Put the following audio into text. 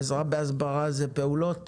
עזרה בהסברה זה פעולות?